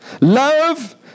Love